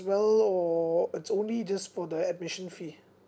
well or it's only just for the admission fee